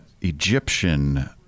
Egyptian